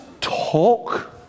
talk